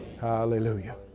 Hallelujah